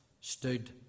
stood